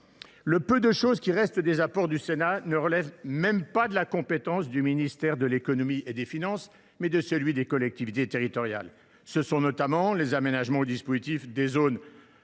Le peu qu’il reste des apports du Sénat ne relève même pas de la compétence du ministère de l’économie et des finances, mais relève de celui des collectivités territoriales. Ce sont, notamment, les aménagements au dispositif des zones